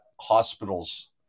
hospitals